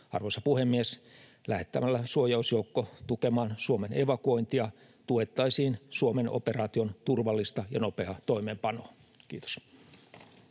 Arvoisa puhemies! Lähettämällä suojausjoukko tukemaan Suomen evakuointia tuettaisiin Suomen operaation turvallista ja nopeaa toimeenpanoa. — Kiitos.